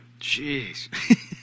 Jeez